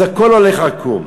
אז הכול הולך עקום.